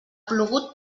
plogut